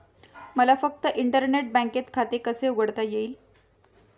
मला फक्त इंटरनेट बँकेत खाते कसे उघडता येईल?